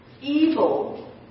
Evil